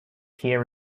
peer